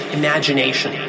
imagination